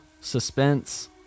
suspense